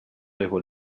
dejó